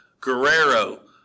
Guerrero